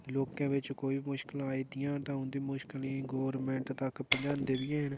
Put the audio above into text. लोकें बिच्च कोई मुश्कलां आई दियां तां उं'दी मुश्कलें गोरमेन्ट तक पजांदे बी हैन